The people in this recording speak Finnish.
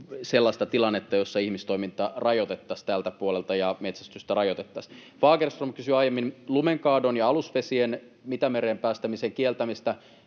sellaista tilannetta, jossa ihmistoimintaa rajoitettaisiin tältä puolelta ja metsästystä rajoitettaisiin. Fagerström kysyi aiemmin lumenkaadon ja alusvesien Itämereen päästämisen kieltämisestä.